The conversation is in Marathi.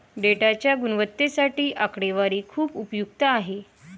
डेटाच्या गुणवत्तेसाठी आकडेवारी खूप उपयुक्त आहे